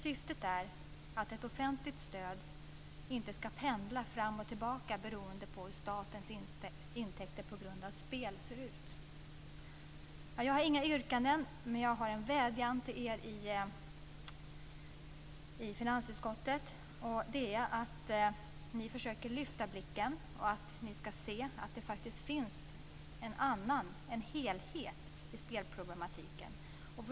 Syftet är att ett offentligt stöd inte ska pendla fram och tillbaka beroende på hur statens intäkter på grund av spel ser ut. Jag har inga yrkanden, men jag har en vädjan till er i finansutskottet att ni försöker lyfta blicken för att se att det faktiskt finns en helhet i spelproblematiken.